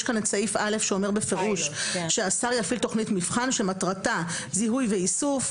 יש כאן את סעיף (א) שאומר שהשר יפעיל תוכנית מבחן שמטרתה זיהוי ואיסוף,